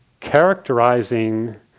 characterizing